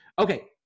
Okay